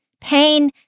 Pain